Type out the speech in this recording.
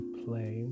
play